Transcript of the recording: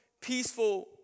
peaceful